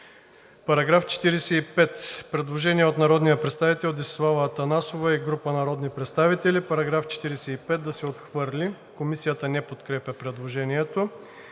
По § 45 има предложение от народния представител Десислава Атанасова и група народни представители: „Параграф 45 да се отхвърли.“ Комисията не подкрепя предложението.